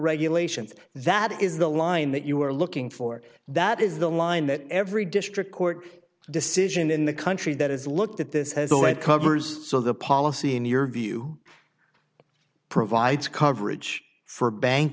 regulations that is the line that you are looking for that is the line that every district court decision in the country that is looked at this has the right covers so the policy in your view provides coverage for bank